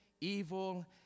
evil